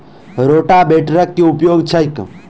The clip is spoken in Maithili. रोटावेटरक केँ उपयोग छैक?